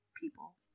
people